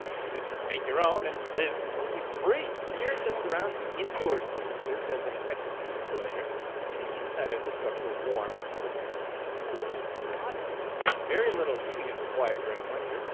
you can just make your own and live completely for free. the earth that surrounds the indoor space serves as an effective insulator keeping the inside of the structure warm in cold seasons and cool in hot seasons. very little heating is required during the winter,